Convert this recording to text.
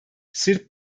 sırp